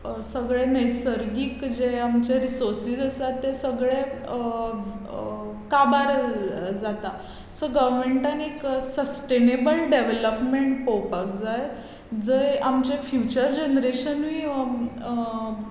सगळे नैसर्गीक जे आमचे रिसोसीस आसा ते सगळे काबार जाता सो गवमँटान एक सस्टेनेबल डॅवलपमँट पळोवपाक जाय जंय आमचें फ्युचर जनरेशनूय